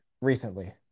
recently